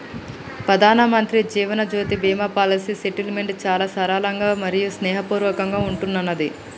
ప్రధానమంత్రి Jeevan Jyoti Bima policy settlement చాలా సరళంగా మరియు స్నేహపూర్వకంగా ఉంటున్నాది